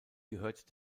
gehört